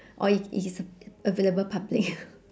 or it it is a available public